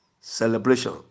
celebration